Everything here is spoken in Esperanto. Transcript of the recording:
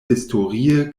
historie